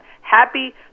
happy